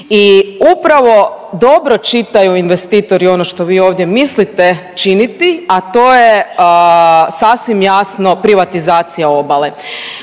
i upravo dobro čitaju investitori ono što vi mislite ovdje činiti, a to je sasvim jasno privatizacija obale.